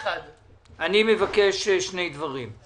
מבקש שני דברים.